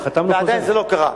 ועדיין זה לא קרה.